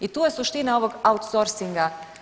I tu je suština ovog outsourcinga.